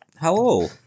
Hello